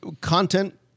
content